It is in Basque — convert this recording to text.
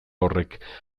horrek